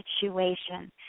situation